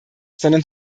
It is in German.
sondern